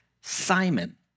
Simon